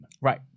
Right